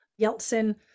Yeltsin